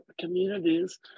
communities